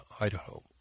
Idaho